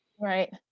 Right